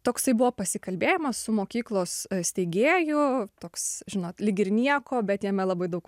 toksai buvo pasikalbėjimas su mokyklos steigėju toks žinot lyg ir nieko bet jame labai daug